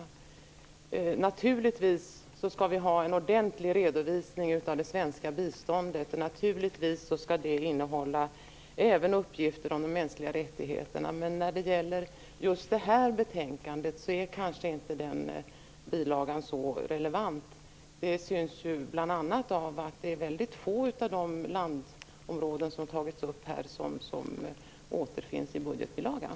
Vi skall naturligtvis ha en ordentlig redovisning av det svenska biståndet. Naturligtvis skall den även innehålla uppgifter om de mänskliga rättigheterna. Men just när det gäller det här betänkandet är den bilagan kanske inte så relevant. Bl.a. är det ju väldigt få av de landområden som har tagits upp här som återfinns i budgetbilagan.